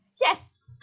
Yes